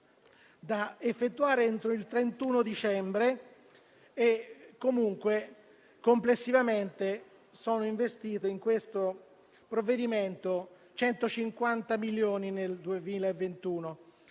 da effettuare entro il 31 dicembre, e comunque complessivamente nel 2021sono investiti in questo provvedimento 150 milioni.